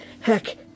Heck